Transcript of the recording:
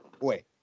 Boy